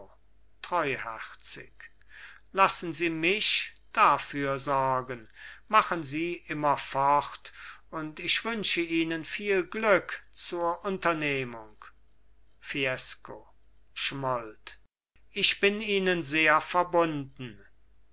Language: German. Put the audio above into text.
treuherzig lassen sie mich dafür sorgen machen sie immer fort und ich wünsche ihnen viel glück zur unternehmung fiesco schmollt ich bin ihnen sehr verbunden